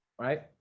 right